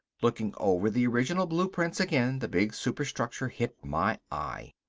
looking over the original blueprints again, the big superstructure hit my eye.